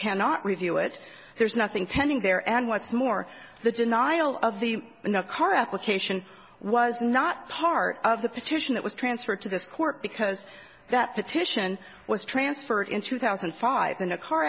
cannot review it there's nothing tending there and what's more the denial of the in the car application was not part of the petition that was transferred to this court because that petition was transferred in two thousand and five in a car